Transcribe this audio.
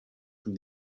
from